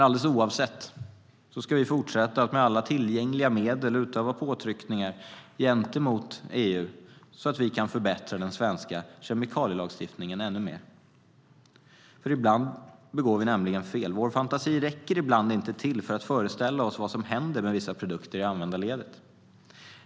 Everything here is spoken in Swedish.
Alldeles oavsett ska vi fortsätta att med alla tillgängliga medel utöva påtryckningar gentemot EU så att vi kan förbättra den svenska kemikalielagstiftningen än mer. Ibland begår vi nämligen fel. Vår fantasi räcker ibland inte till för att föreställa oss vad som händer med vissa produkter i användarledet.